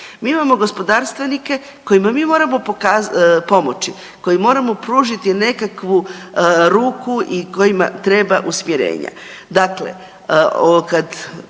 Mi imamo gospodarstvenike kojima mi moramo pomoći, koji moramo pružiti nekakvu ruku i kojima treba usmjerenja.